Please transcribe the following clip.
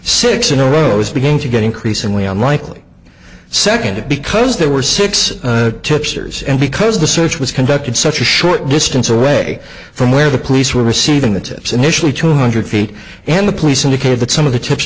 six in a row is beginning to get increasingly unlikely second because there were six tipsters and because the search was conducted such a short distance away from where the police were receiving the tips initially two hundred feet and the police indicated that some of the tips